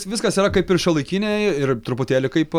viskas yra kaip ir šiuolaikiniai ir truputėlį kaip